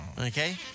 Okay